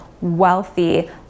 wealthy